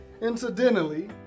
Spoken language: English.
Incidentally